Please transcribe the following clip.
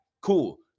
Cool